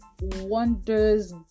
wonders